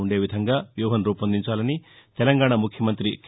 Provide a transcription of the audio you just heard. ఉండే విధంగా వ్యూహం రూపొందించాలని తెలంగాణ ముఖ్యమంతి కె